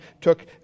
took